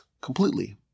completely